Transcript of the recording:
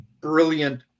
brilliant